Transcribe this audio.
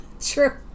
true